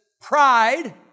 pride